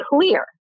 clear